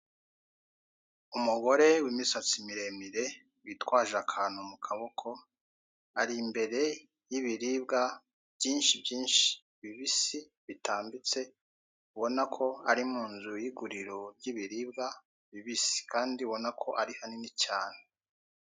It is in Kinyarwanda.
Umugore w'imisatsi miremire, witwaje akantu mu kaboko, ari imbere y'ibiribwa byinshi byinshi bibisi, bitambitse, ubona ko ari mu nzu y'iguriro ry'ibiribwa bibisi kandi ubona ko ari hanini cyane.